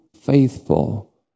faithful